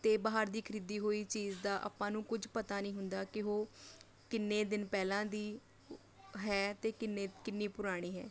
ਅਤੇ ਬਾਹਰ ਦੀ ਖਰੀਦੀ ਹੋਈ ਚੀਜ਼ ਦਾ ਆਪਾਂ ਨੂੰ ਕੁਝ ਪਤਾ ਨਹੀਂ ਹੁੰਦਾ ਕਿ ਉਹ ਕਿੰਨੇ ਦਿਨ ਪਹਿਲਾ ਦੀ ਹੈ ਅਤੇ ਕਿੰਨੇ ਕਿੰਨੀ ਪੁਰਾਣੀ ਹੈ